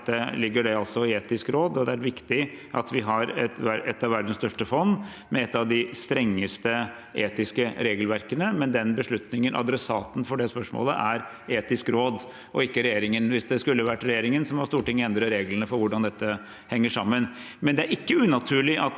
dette i et etisk råd. Det er riktig at vi har et av verdens største fond, med et av de strengeste etiske regelverkene, men disse beslutningene og adressaten for spørsmålet er et etisk råd og ikke regjeringen. Hvis det skulle vært regjeringen, må Stortinget endre reglene for hvordan dette henger sammen.